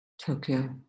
Tokyo